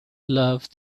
love